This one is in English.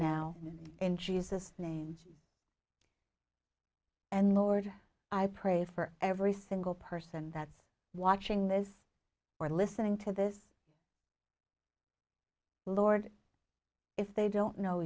now in jesus name and lord i pray for every single person that's watching this or listening to this lord if they don't know